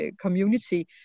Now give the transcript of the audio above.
community